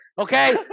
Okay